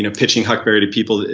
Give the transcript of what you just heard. you know pitching huckberry to people,